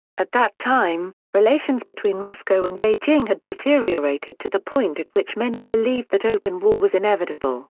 at that time, relations between moscow and beijing had deteriorated to the point at which many believed that open war was inevitable,